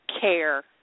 care